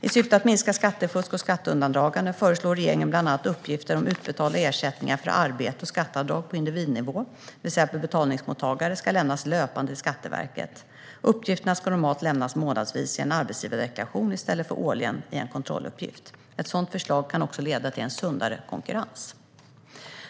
I syfte att minska skattefusk och skatteundandragande föreslår regeringen att bland annat uppgifter om utbetalda ersättningar för arbete och skatteavdrag på individnivå, det vill säga per betalningsmottagare, ska lämnas löpande till Skatteverket. Uppgifterna ska normalt lämnas månadsvis i en arbetsgivardeklaration i stället för årligen i en kontrolluppgift. Ett sådant förslag kan också leda till en sundare konkurrens.